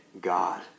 God